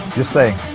just saying